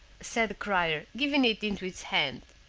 said the crier, giving it into his hand,